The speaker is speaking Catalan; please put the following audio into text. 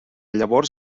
llavors